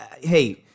hey